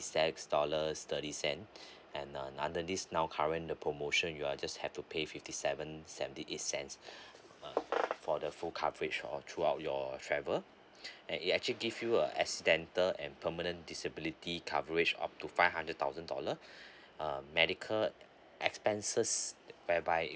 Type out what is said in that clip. cents dollars thirty cent and uh under this now current the promotion you are just have to pay fifty seven seventy eight cents uh for the full coverage or throughout your travel and it actually give you a accidental and permanent disability coverage of up to five hundred thousand dollar uh medical expenses whereby